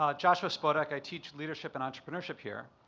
ah joshua spodek. i teach leadership and entrepreneurship here.